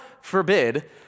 forbid